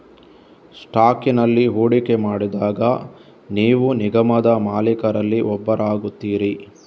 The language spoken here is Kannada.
ಸ್ಟಾಕಿನಲ್ಲಿ ಹೂಡಿಕೆ ಮಾಡಿದಾಗ ನೀವು ನಿಗಮದ ಮಾಲೀಕರಲ್ಲಿ ಒಬ್ಬರಾಗುತ್ತೀರಿ